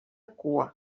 cua